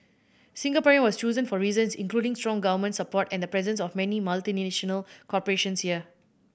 Singaporean was chosen for reasons including strong government support and the presence of many multinational corporations here